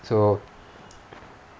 so